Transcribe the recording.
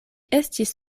estis